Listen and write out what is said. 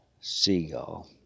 seagull